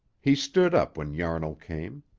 he stood up when yarnall came.